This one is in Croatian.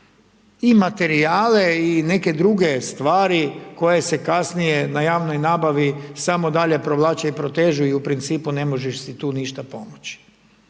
i materijale i neke druge stvari koje se kasnije na javnoj nabavi samo dalje provlače i protežu i u principu ne možeš si tu ništa pomoći.